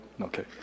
Okay